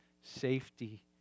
safety